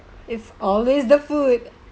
it's always the food